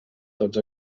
tots